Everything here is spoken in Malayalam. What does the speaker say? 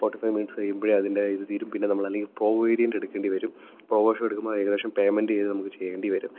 ഫോർട്ടി ഫൈവ് മിനറ്റ്സ് കഴിയുമ്പോഴേ അതിൻ്റെ ആ ഇത് തീരും പിന്നെ നമ്മളല്ലെങ്കില് പ്രൊ വേരിയന്റ് എടുക്കേണ്ടിവരും പ്രൊ വേർഷൻ എടുക്കുമ്പോള് ഏകദേശം പേയ്മെന്റ് ചെയ്തു നമുക്കു ചെയ്യേണ്ടിവരും